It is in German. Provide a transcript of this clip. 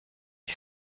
ich